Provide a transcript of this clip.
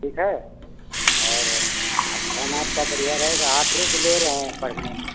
ठीक है और अध्ययन आपका बढ़िया रहेगा आप रुचि ले रहे हैं पढ़ने में बढ़िया